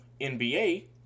NBA